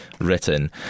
written